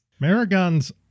Marigons